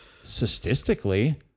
statistically